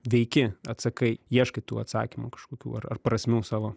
veiki atsakai ieškai tų atsakymų kažkokių ar ar prasmių savo